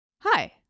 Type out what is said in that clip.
Hi